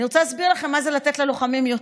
אני רוצה להסביר לך מה זה לתת ללוחמים יותר.